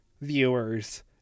viewers